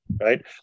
right